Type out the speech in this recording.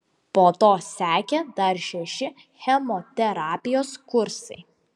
po to sekė dar šeši chemoterapijos kursai